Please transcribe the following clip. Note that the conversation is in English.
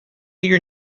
your